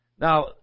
Now